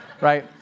right